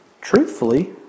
truthfully